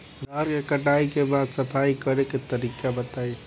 रहर के कटाई के बाद सफाई करेके तरीका बताइ?